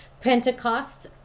Pentecost